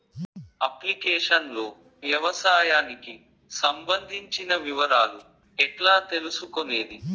Application లో వ్యవసాయానికి సంబంధించిన వివరాలు ఎట్లా తెలుసుకొనేది?